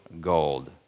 gold